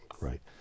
right